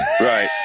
right